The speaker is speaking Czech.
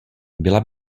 byla